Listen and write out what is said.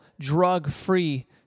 drug-free